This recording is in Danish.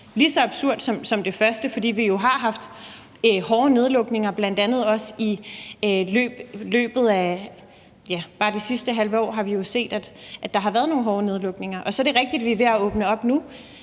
lige så absurd som det første, fordi vi jo har haft hårde nedlukninger. Ja, bare det sidste halve år har vi jo set, at der har været nogle hårde nedlukninger. Og så er det rigtigt, at vi er ved at åbne op nu.